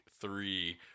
three